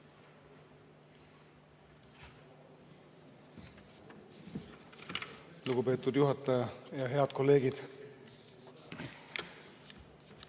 Lugupeetud juhataja! Head kolleegid!